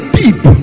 deep